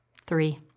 three